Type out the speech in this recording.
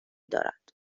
دارد